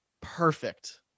perfect